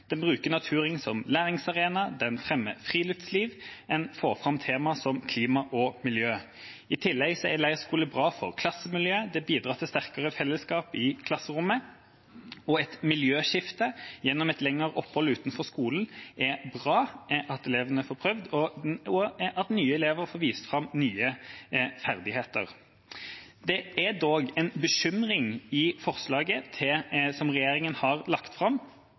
Den bruker naturen som læringsarena. Den fremmer friluftsliv. En får fram tema som klima og miljø. I tillegg er leirskole bra for klassemiljøet. Det bidrar til sterkere fellesskap i klasserommet, et miljøskifte gjennom et lengre opphold utenfor skolen er bra for elevene å få prøvd, og elevene får vist fram nye ferdigheter. Opposisjonen har dog en bekymring i forbindelse med forslaget som regjeringen har lagt fram,